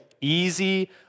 easy